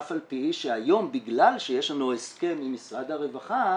אף על פי שהיום בגלל שיש לנו הסכם עם משרד הרווחה,